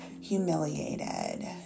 Humiliated